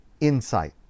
insight